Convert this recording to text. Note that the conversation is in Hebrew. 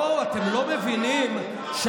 בואו, אתם לא מבינים, בן אדם אובססיבי.